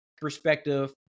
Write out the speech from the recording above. perspective